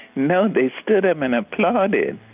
no, they stood up and applauded.